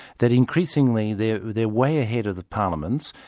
that increasingly they're they're way ahead of the parliaments,